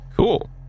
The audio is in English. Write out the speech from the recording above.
Cool